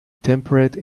temperate